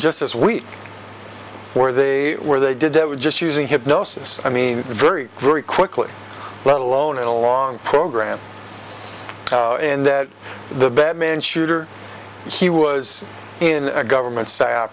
just this week where they where they did that with just using hypnosis i mean very very quickly let alone in a long program in that the bad man shooter he was in a government